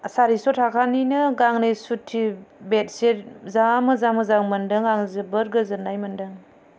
सारिस' थाकानिनो गांनै बेड शिट जाह मोजां मोजां मोन्दों आं जोबोर गोजोन्नाय मोन्दों